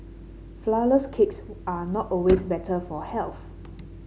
flourless cakes are not always better for health